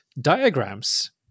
diagrams